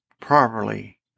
properly